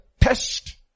test